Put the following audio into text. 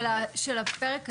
של הפרק הזה?